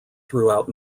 throughout